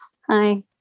Hi